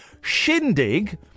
shindig